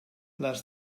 les